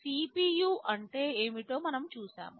CPU అంటే ఏమిటో మనం చూశాము